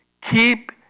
keep